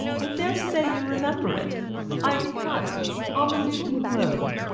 i dare say you remember it ivy cottage, on the newton road.